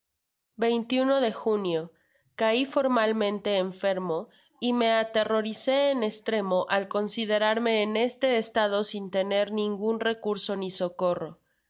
de junio cai formalmente enfermo y me aterro licém estremo al considerarme en este estado sin tener ningun recurso ni socorro